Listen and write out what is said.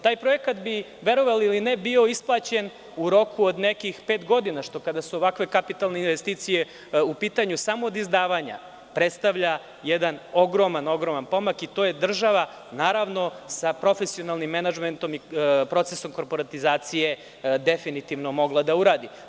Taj projekat bi, verovali ili ne, bio isplaćen u roku od pet godina, jer kada su ovakve kapitalne investicije upitanju, samo od izdavanja, predstavlja jedan ogroman pomak i to je država sa profesionalnim menadžmentom i procesom korporatizacije, definitivno mogla da uradi.